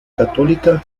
católica